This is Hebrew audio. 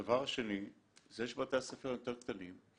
הדבר השני זה שבתי הספר יותר קטנים.